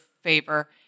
favor